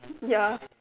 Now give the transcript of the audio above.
ya